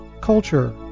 culture